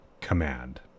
command